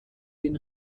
den